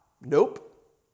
Nope